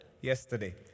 yesterday